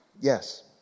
Yes